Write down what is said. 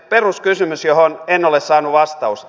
peruskysymys johon en ole saanut vastausta